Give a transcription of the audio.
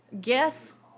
guess